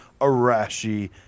Arashi